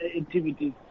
activities